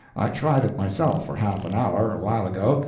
i tried it myself for half an hour, awhile ago,